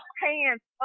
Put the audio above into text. hands